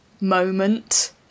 moment